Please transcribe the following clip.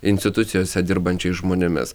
institucijose dirbančiais žmonėmis